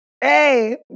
Hey